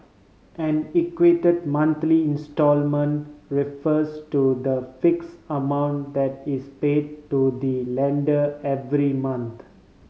an equated monthly instalment refers to the fix amount that is pay to the lender every month